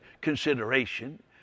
consideration